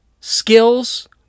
skills